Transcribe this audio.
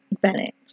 Bennett